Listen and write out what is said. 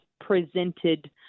presented